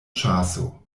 ĉaso